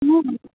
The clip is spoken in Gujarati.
હા